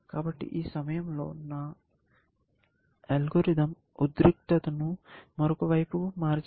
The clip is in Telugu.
కాబట్టి ఈ సమయంలో నా అల్గోరిథం ఉద్రిక్తతను మరొక వైపుకు మార్చింది